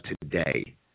today